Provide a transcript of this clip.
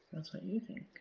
that's what you think.